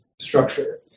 structure